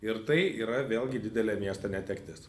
ir tai yra vėlgi didelė miesto netektis